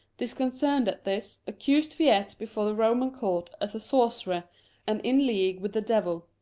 disconcerted at this, accused viete before the roman court as a sorcerer and in league with the devil.